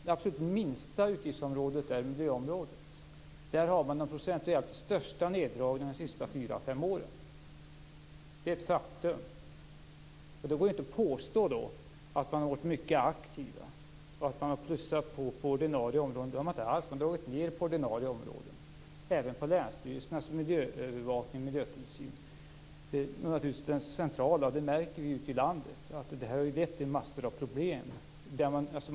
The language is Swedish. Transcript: Det absolut minsta utgiftsområdet är miljöområdet. Där har vi haft de procentuellt sett största neddragningarna under de senaste 4-5 åren. Det är ett faktum. Då går det inte att påstå att man har varit mycket aktiv och att man har lagt till på ordinarie områden. Det har man inte alls gjort. Man har dragit ned på ordinarie områden och även på länsstyrelsernas miljöövervakning och miljötillsyn. Detta har ju lett till många problem ute i landet.